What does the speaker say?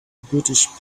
british